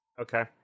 Okay